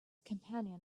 companion